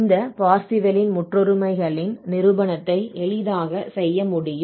இந்த Parseval Parseval's ன் முற்றொருமைகளின் நிரூபணத்தை எளிதாகச் செய்ய முடியும்